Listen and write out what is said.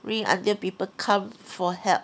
ring until people come for help